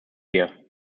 wir